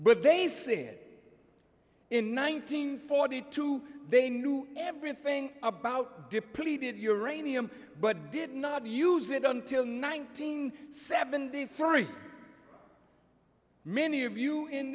but they said in nineteen forty two they knew everything about depleted uranium but did not use it until nineteen seventy three many